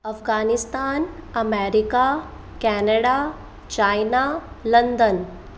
Afghanistan America Canada China London